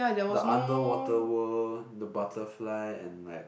the underwater world the butterfly and like